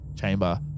chamber